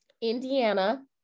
Indiana